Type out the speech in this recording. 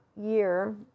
year